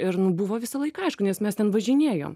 ir nu buvo visąlaik aišku nes mes ten važinėjom